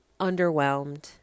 underwhelmed